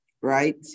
right